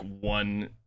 one